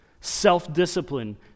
self-discipline